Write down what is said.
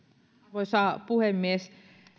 arvoisa puhemies